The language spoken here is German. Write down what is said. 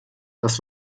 das